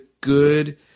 good